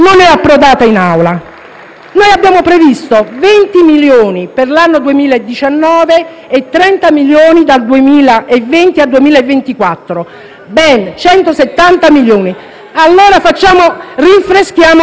Noi abbiamo previsto 20 milioni per l'anno 2019 e 30 milioni dal 2020 al 2024: ben 170 milioni. Allora rinfreschiamo un pochino la memoria.